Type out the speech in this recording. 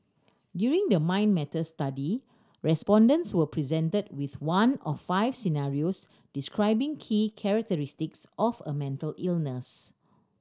during the Mind Matters study respondents were presented with one of five scenarios describing key characteristics of a mental illness